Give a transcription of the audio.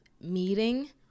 meeting